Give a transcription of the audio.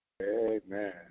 Amen